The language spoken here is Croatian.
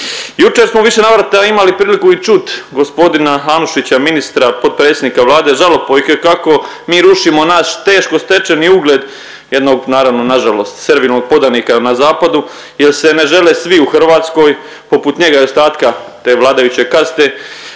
Jučer smo u više navrata imali priliku i čut gospodina Anušića, ministra, potpredsjednika Vlade žalopojke, kako mi rušimo naš teško stečeni ugled jednog naravno nažalost servilnog podanika na zapadu jer se ne žele svi u Hrvatskoj poput njega i ostatke te vladajuće kaste